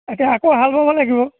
এতিয়া আকৌ হাল বাব লাগিব